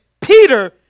Peter